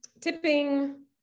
tipping